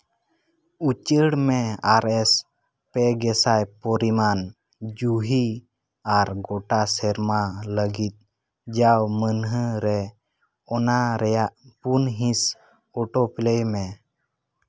ᱩᱪᱟᱹᱲ ᱢᱮ ᱟᱨᱮᱥ ᱯᱮ ᱜᱮᱥᱟᱭ ᱯᱚᱨᱤᱢᱟᱱ ᱡᱩᱦᱤ ᱟᱨ ᱜᱳᱴᱟ ᱥᱮᱨᱢᱟ ᱞᱟᱹᱜᱤᱫ ᱡᱟᱣ ᱢᱟᱹᱱᱦᱟᱹ ᱨᱮ ᱚᱱᱟ ᱨᱮᱭᱟᱜ ᱯᱩᱱ ᱦᱤᱸᱥ ᱚᱴᱳ ᱯᱞᱮᱭ ᱢᱮ